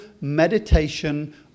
meditation